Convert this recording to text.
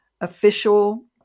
official